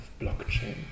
blockchain